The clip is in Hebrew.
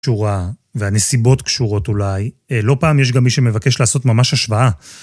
קשורה, והנסיבות קשורות אולי. לא פעם יש גם מי שמבקש לעשות ממש השוואה.